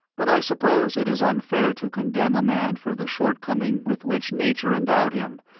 but i suppose it is unfair to condemn a man for the shortcoming with which nature endowed him,